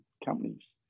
Companies